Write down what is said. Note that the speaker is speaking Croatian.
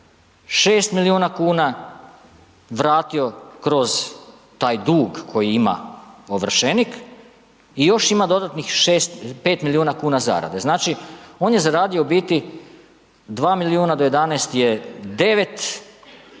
6 milijuna kuna vratio kroz taj dug koji ima ovršenik i još ima dodatnih 5 milijuna kuna zarade. Znači on je zaradio u biti 2 milijuna, do 11 je 9,